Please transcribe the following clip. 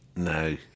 No